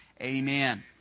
Amen